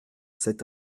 cet